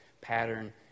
pattern